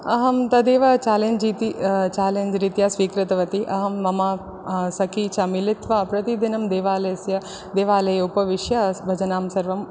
अहं तदेव चेलेञ्ज् इति चेलेञ्ज् रीत्या स्वीकृतवती अहं मम सखी च मिलित्वा प्रतिदिनं देवालयस्य देवालये उपविश्य भजनं सर्वं